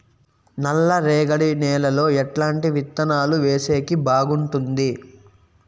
నల్లరేగడి నేలలో ఎట్లాంటి విత్తనాలు వేసేకి బాగుంటుంది?